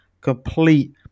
complete